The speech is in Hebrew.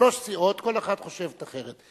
שלוש סיעות, כל אחת חושבת אחרת.